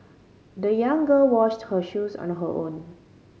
the young girl washed her shoes on her own